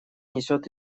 несет